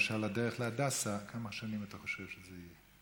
למשל הדרך להדסה, כמה שנים אתה חושב שזה יהיה.